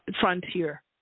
frontier